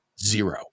zero